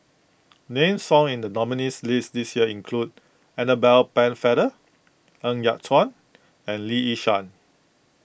names found in the nominees' list this year include Annabel Pennefather Ng Yat Chuan and Lee Yi Shyan